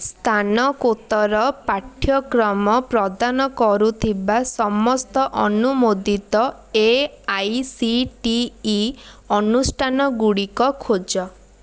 ସ୍ନାତକୋତ୍ତର ପାଠ୍ୟକ୍ରମ ପ୍ରଦାନ କରୁଥିବା ସମସ୍ତ ଅନୁମୋଦିତ A I C T E ଅନୁଷ୍ଠାନଗୁଡ଼ିକ ଖୋଜ